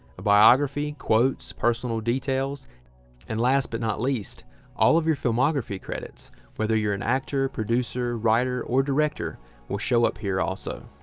a biography quotes personal details and last but not least all of your filmography credits whether you're an actor producer writer or director will show up here. also,